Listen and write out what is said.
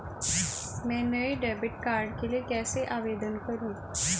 मैं नए debit card के लिए कैसे आवेदन करूं?